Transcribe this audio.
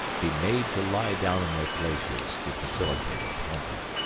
be made to lie down in their places to facilitate its handling.